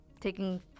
taking